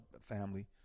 family